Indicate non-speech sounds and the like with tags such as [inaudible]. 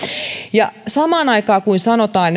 ja samaan aikaan kun sanotaan [unintelligible]